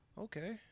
Okay